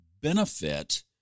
benefit